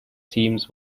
teams